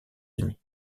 unis